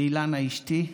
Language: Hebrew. לאילנה אשתי,